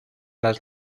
las